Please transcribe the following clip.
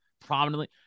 prominently